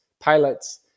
pilots